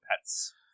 pets